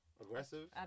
Aggressive